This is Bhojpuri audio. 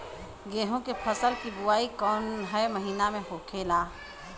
गेहूँ के फसल की बुवाई कौन हैं महीना में होखेला?